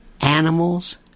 animals